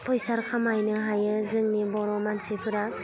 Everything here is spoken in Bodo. फैसा खामायनो हायो जोंनि बर' मानसिफ्रा